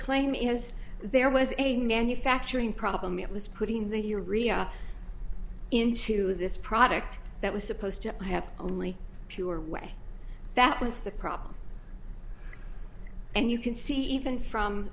claim is there was a nanny factoring problem it was putting the year riyad into this product that was supposed to have only pure way that was the problem and you can see even from